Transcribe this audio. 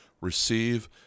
receive